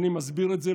ואני מסביר את זה,